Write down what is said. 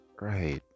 right